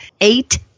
eight